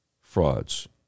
frauds